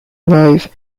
live